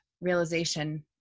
realization